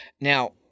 now